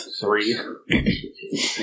Three